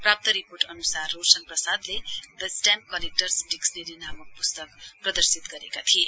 प्राप्त रिर्पोट अन्सार रोशन प्रसादले द स्टेम्प कलेक्टर्स डिक्सनेरी नामक प्स्तक प्रदर्शित गरेका थिए